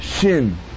Shin